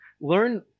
Learn